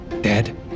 dead